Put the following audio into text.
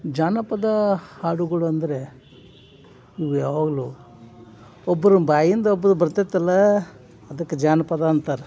ಜಾನಪದ ಹಾಡುಗಳು ಅಂದರೆ ಇವು ಯಾವಾಗಲೂ ಒಬ್ಬರ ಬಾಯಿಂದ ಒಬ್ರಗೆ ಬರ್ತೈತಲ್ಲ ಅದಕ್ಕೆ ಜಾನಪದ ಅಂತಾರೆ